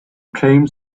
came